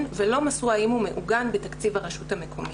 ולא מסרו האם הוא מעוגן בתקציב הרשות המקומית.